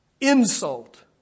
insult